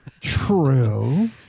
True